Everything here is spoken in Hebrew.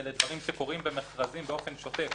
אלה דברים שקורים במכרזים באופן שוטף.